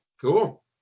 Cool